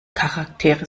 charaktere